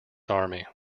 army